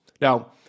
Now